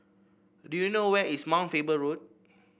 do you know where is Mount Faber Road